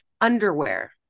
Underwear